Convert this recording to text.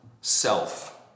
self